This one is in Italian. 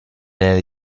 nelle